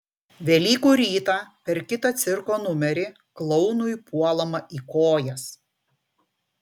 velykų rytą per kitą cirko numerį klounui puolama į kojas